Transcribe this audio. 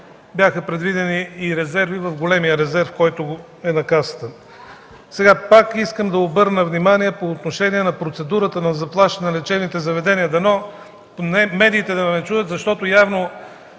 бяха предвидени и резерви в големия резерв на Касата. Пак искам да обърна внимание по отношение на процедурата на заплащане на лечебните заведения. Дано медиите да ме чуят, защото явно